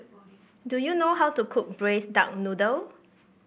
do you know how to cook Braised Duck Noodle